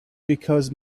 because